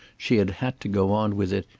she had had to go on with it,